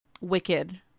Wicked